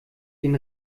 den